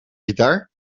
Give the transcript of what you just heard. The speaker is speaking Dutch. gitaar